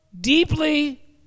deeply